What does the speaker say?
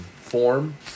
form